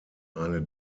eine